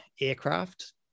aircraft